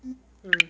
mm